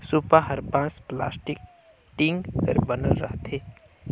सूपा हर बांस, पलास्टिक, टीग कर बनल रहथे